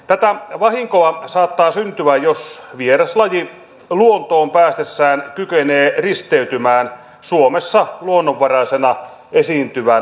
tätä vahinkoa saattaa syntyä jos vieraslaji luontoon päästessään kykenee risteytymään suomessa luonnonvaraisena esiintyvän lajin kanssa